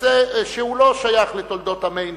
בנושא שלא שייך לתולדות עמנו,